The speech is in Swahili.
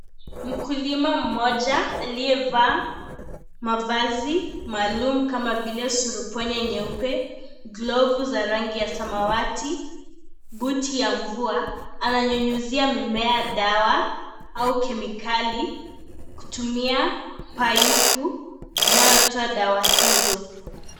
Mkulima mmoja aliyevaa mavazi maalum kama vile surubwenye nyeupe, glofu za rangi ya samawati ,buti ya mvua amenyunyuzia mimea dawa au kemikali kutumia paipu inayotoa dawa hizo.